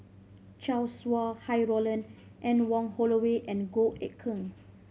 Chow Sau Hai Roland Anne Wong Holloway and Goh Eck Kheng